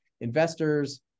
investors